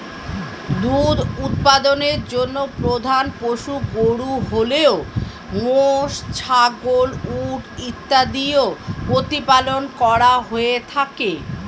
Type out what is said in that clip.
দুধ উৎপাদনের জন্য প্রধান পশু গরু হলেও মোষ, ছাগল, উট ইত্যাদিও প্রতিপালন করা হয়ে থাকে